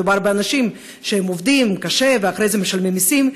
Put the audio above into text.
מדובר באנשים שעובדים קשה ואחרי זה משלמים מסים.